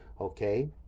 okay